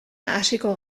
hasiko